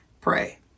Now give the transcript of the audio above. pray